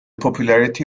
popularity